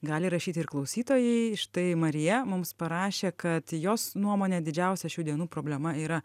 gali rašyti ir klausytojai štai marija mums parašė kad jos nuomone didžiausia šių dienų problema yra